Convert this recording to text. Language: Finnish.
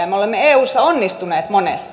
me olemme eussa onnistuneet monessa